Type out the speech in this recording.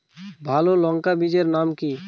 ভালো লঙ্কা বীজের নাম কি?